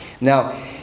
Now